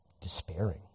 despairing